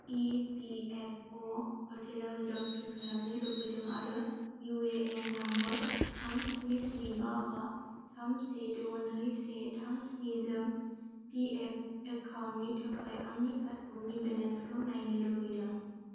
EPFO पर्टेलाव login खालामनो लुबैदों आरो इउएएन नम्बर थाम स्नि स्नि बा बा थाम से द नै से थाम स्निजों पिएफ एकाउन्टनि थाखाय आंनि पासबुकनि बेलेन्सखौ नायनो लुबैदों